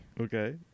Okay